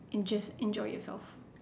and just enjoy yourself